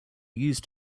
used